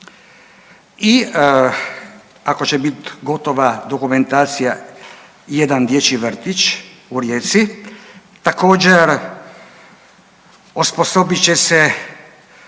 i ako će biti gotova dokumentacija jedan dječji vrtić u Rijeci. Također osposobit će se